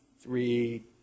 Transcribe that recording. three